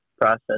process